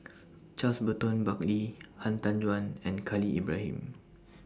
Charles Burton Buckley Han Tan Juan and Khalil Ibrahim